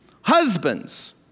husbands